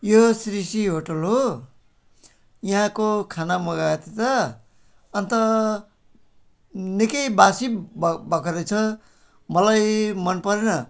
यो सृष्टि होटेल हो यहाँको खाना मगाएको थिएँ त अन्त निकै बासी भयो भएको रहेछ मलाई मन परेन